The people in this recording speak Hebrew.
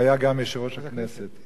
היה גם יושב-ראש הכנסת.